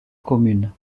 commune